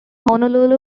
honolulu